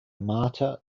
mater